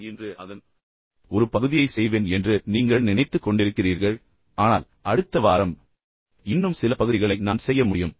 நான் இன்று அதன் ஒரு பகுதியை செய்வேன் என்று நீங்கள் நினைத்துக் கொண்டிருக்கிறீர்கள் ஆனால் அடுத்த வாரம் இன்னும் சில பகுதிகளை நான் செய்ய முடியும்